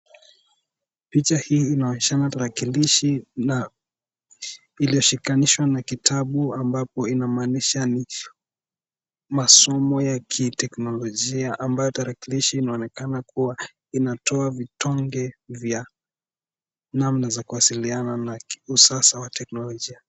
Picha hii inaonyeshana tarakilishi na iliyoshikanishwa na kitabu ambapo inamaanisha ni masomo ya teknolojia, ambayo tarakilishi inaonekana kuwa inatoa vitonge vya namna za kuwasiliana na usasa wa teknolojia.